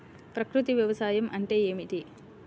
ప్రకృతి వ్యవసాయం అంటే ఏమిటి?